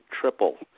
triple